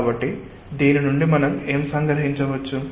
కాబట్టి దీని నుండి మనం ఏమి సంగ్రహించవచ్చు